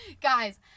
Guys